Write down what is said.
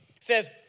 says